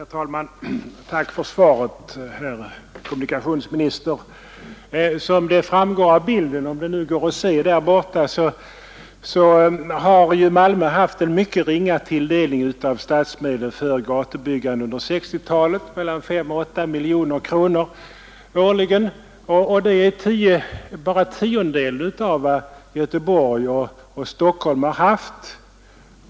Herr talman! Tack för svaret, herr kommunikationsminister! Malmö har, som framgår av det diagram jag visar på kammarens TV-skärm, under 1960-talet fått en ringa tilldelning av statsmedel för gatubyggande, bara mellan 5 och 8 miljoner kronor årligen. Det är bara tiondelen av vad Göteborg och Stockholm haft.